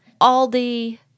Aldi